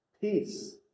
peace